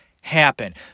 happen